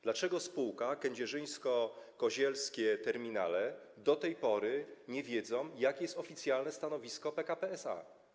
Dlaczego spółka Kędzierzyn-Koźle Terminale do tej pory nie wie, jakie jest oficjalne stanowisko PKP SA?